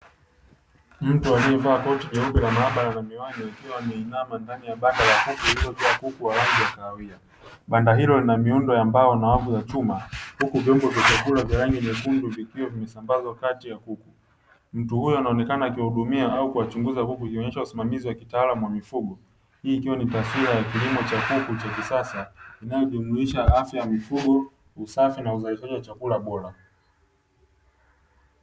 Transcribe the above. Mtu aliyevaa koti jeupe la maabara na miwani, akiwa ameinama ndani ya banda la kuku lililojaa kuku wa rangi ya kahawia. Banda hilo lina miundo ya mbao na wavu wa chuma, huku vyombo vya chakula vya rangi nyekundu vikiwa vimesambazwa kati ya kuku. Mtu huyo anaonekana akiwahudumia au kuwachunguza kuku ikionyesha usimamizi wa kitaalamu wa mifugo. Hii ikiwa ni taswira ya kilimo cha kuku cha kisasa, inayojumuisha afya ya mifugo, usafi na uzalishaji wa chakula bora.